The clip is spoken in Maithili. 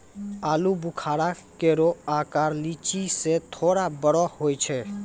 आलूबुखारा केरो आकर लीची सें थोरे बड़ो होय छै